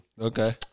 Okay